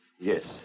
Yes